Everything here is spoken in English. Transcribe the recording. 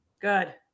good